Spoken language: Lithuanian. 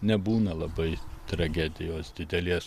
nebūna labai tragedijos didelės